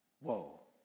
Whoa